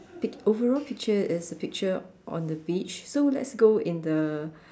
pic~ overall picture is a picture on the beach so let's go in the